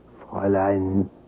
Fräulein